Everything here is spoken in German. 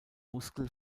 muskel